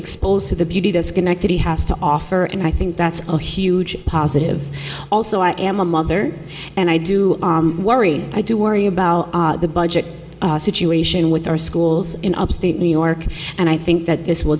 exposed to the beauty the schenectady has to offer and i think that's a huge positive also i am a mother and i do worry i do worry about the budget situation with our schools in upstate new york and i think that this will